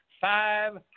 Five